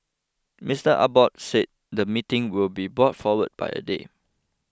Mister Abbott said the meeting would be brought forward by a day